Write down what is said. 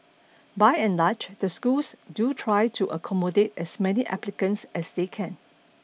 by and large the schools do try to accommodate as many applicants as they can